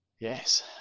Yes